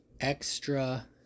extra